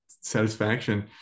satisfaction